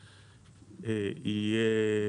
יהיה,